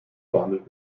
behandelt